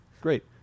great